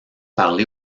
parlé